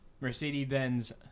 mercedes-benz